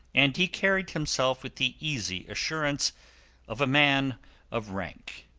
and he carried himself with the easy assurance of a man of rank.